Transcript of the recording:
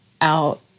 out